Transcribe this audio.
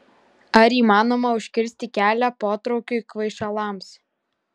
ar įmanoma užkirsti kelią potraukiui kvaišalams